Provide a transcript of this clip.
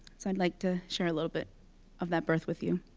so i'd like to share a little bit of that birth with you.